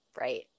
Right